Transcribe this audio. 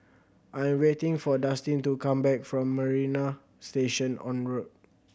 I am waiting for Dustin to come back from Marina Station Road